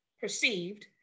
perceived